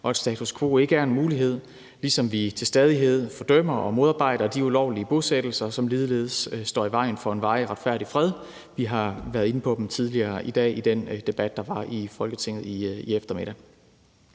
og at status quo ikke er en mulighed, ligesom vi til stadighed fordømmer og modarbejder de ulovlige bosættelser, som ligeledes står i vejen for en varig og retfærdig fred. Vi har været inde på dem tidligere i dag i den debat, der var i Folketinget i eftermiddags.